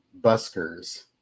buskers